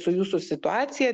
su jūsų situacija